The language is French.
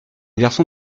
garçon